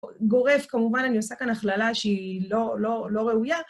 גורף, כמובן, אני עושה כאן הכללה שהיא לא ראויה.